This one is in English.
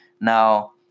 Now